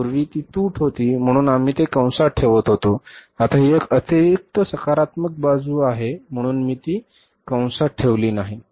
पूर्वी ती तूट होती म्हणून आम्ही ते कंसात ठेवत होतो आता ही एक अतिरिक्त सकारात्मक बाजू आहे म्हणून ती कंसात ठेवली नाही